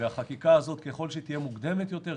ככל שהחקיקה הזאת תהיה מוקדמת יותר,